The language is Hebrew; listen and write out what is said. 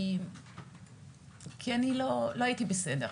כי אני לא הייתי בסדר.